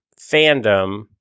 fandom